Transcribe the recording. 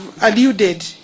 alluded